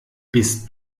bist